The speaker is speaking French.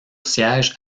siège